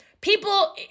People